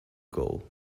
girl